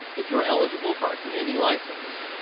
if you are eligible for our community license.